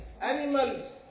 animals